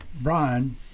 Brian